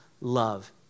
love